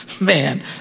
Man